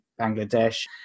Bangladesh